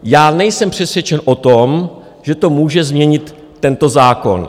Já nejsem přesvědčen o tom, že to může změnit tento zákon.